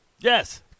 Yes